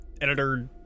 editor